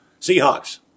Seahawks